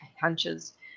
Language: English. hunches